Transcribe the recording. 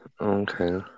Okay